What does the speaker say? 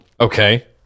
Okay